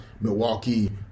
Milwaukee